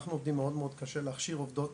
אנחנו עובדים מאוד מאוד קשה להכשיר עובדות